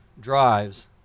drives